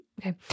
okay